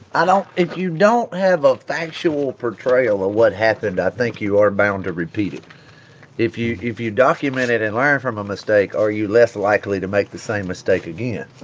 i don't if you don't have a factual portrayal of what happened, i think you are bound to repeat it. if you if you document and learn from a mistake, are you less likely to make the same mistake again?